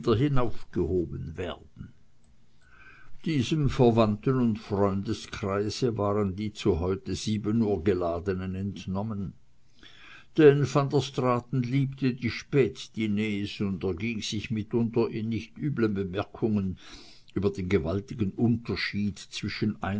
hinaufgehoben werden diesem verwandten und freundeskreise waren die zu heute sieben uhr geladenen entnommen denn van der straaten liebte die spätdiners und erging sich mitunter in nicht üblen bemerkungen über den gewaltigen unterschied zwischen